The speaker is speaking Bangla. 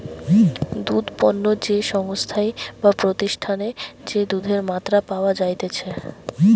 দুধ পণ্য যে সংস্থায় বা প্রতিষ্ঠানে যে দুধের মাত্রা পাওয়া যাইতেছে